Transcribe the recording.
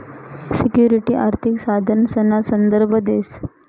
security आर्थिक साधनसना संदर्भ देस